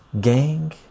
Gang